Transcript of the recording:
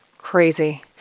Crazy